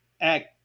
act